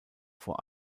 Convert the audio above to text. vor